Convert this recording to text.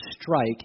strike